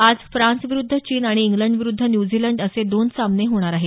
आज फ्रांस विरुद्ध चीन आणि इंग्लंड विरुद्ध न्यूझिलंड असे दोन सामने होणार आहेत